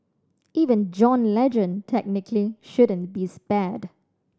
even John Legend technically shouldn't be spared